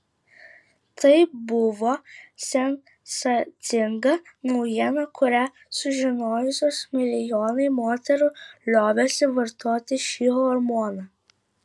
tai buvo sensacinga naujiena kurią sužinojusios milijonai moterų liovėsi vartoti šį hormoną